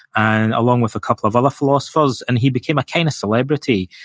and along with a couple of other philosophers, and he became a kind of celebrity.